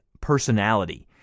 personality